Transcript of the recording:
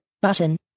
button